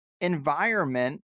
environment